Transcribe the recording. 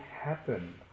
happen